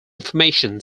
information